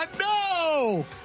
No